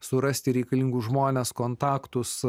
surasti reikalingus žmones kontaktus